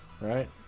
Right